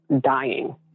dying